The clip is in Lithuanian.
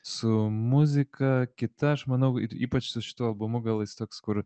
su muzika kita aš manau ir ypač su šituo albumu gal jis toks kur